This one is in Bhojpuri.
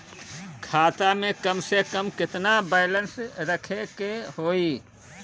खाता में कम से कम केतना बैलेंस रखे के होईं?